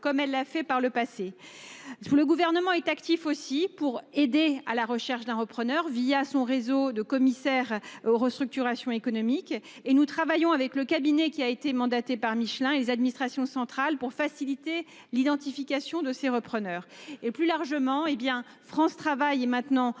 comme elle l’a fait par le passé. Le Gouvernement s’active aussi pour aider à la recherche d’un repreneur : c’est le rôle du réseau des commissaires aux restructurations économiques. Nous travaillons avec le cabinet qui a été mandaté par Michelin et les administrations centrales pour faciliter l’identification de ces repreneurs. Plus largement, France Travail se tient aux côtés des